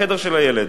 בחדר של הילד,